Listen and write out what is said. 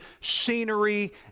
scenery